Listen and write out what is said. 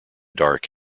dark